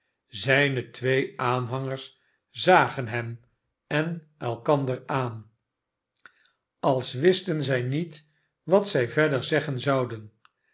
zijne twee aanhangers zagen hem en elkander aan als wisten zij niet wat zij verder zeggen zouden